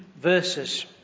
verses